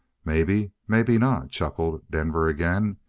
maybe maybe not, chuckled denver again.